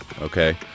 okay